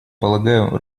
полагаю